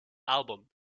album